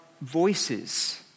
voices